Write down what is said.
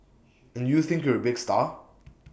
and you think you're A big star